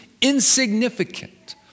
insignificant